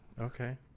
Okay